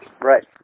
Right